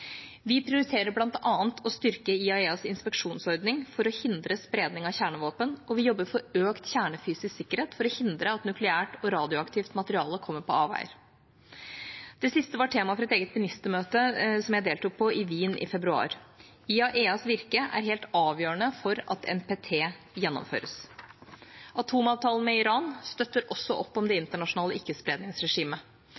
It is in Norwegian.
Vi prioriterer bl.a. å styrke IAEAs inspeksjonsordning for å hindre spredning av kjernevåpen, og vi jobber for økt kjernefysisk sikkerhet for å hindre at nukleært og radioaktivt materiale kommer på avveier. Det siste var tema for et eget ministermøte som jeg deltok på i Wien i februar. IAEAs virke er helt avgjørende for at NPT gjennomføres. Atomavtalen med Iran støtter også opp om det